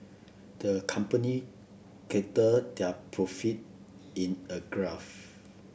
the company charted their profit in a graph